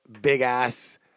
big-ass